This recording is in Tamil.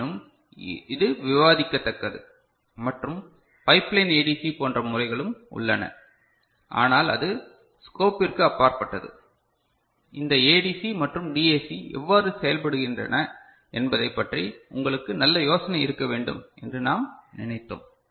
இருப்பினும் இது விவாதிக்கத்தக்கது மற்றும் பைப்லைன் ஏடிசி போன்ற முறைகளும் உள்ளன ஆனால் அது ஸ்கோபிர்க்கு அப்பாற்பட்டது இந்த ஏடிசி மற்றும் டிஏசி எவ்வாறு செயல்படுகின்றன என்பதைப் பற்றி உங்களுக்கு நல்ல யோசனை இருக்க வேண்டும் என்று நாம் நினைத்தோம்